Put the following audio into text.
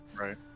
Right